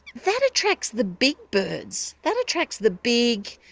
that attracts the big birds. that attracts the big,